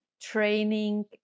training